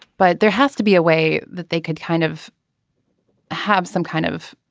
but there has to be a way that they could kind of have some kind of